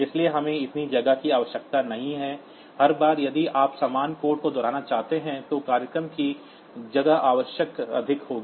इसलिए हमें इतनी जगह की आवश्यकता नहीं है हर बार यदि आप समान कोड को दोहराना चाहते हैं तो प्रोग्राम की जगह आवश्यकता अधिक होगी